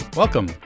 Welcome